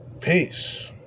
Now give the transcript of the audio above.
Peace